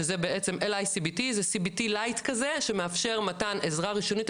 שזה בעצם cbt light כזה שמאפשר מתן עזרה ראשונית,